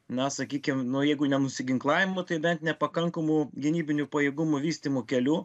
na sakykim nu jeigu ne nusiginklavimo tai bent nepakankamų gynybinių pajėgumų vystymo keliu